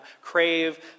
crave